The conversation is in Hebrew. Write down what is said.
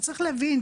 צריך להבין,